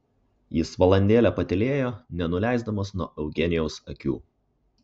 jis valandėlę patylėjo nenuleisdamas nuo eugenijaus akių